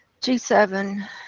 G7